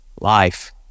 life